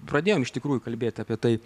pradėjom iš tikrųjų kalbėti apie tai